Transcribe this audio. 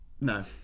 No